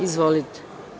Izvolite.